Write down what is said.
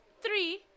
three